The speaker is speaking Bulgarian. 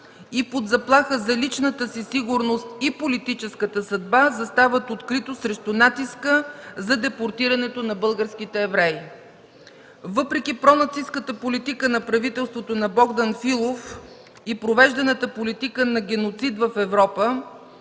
и под заплаха за личната си сигурност и политическа съдба застават открито срещу натиска за депортирането на българските евреи. Въпреки про-нацистката политика на правителството на Богдан Филов и провежданата политика на геноцид в Европа,